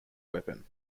weapon